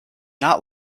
not